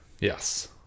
Yes